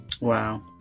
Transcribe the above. Wow